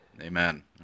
Amen